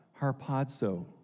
Harpazo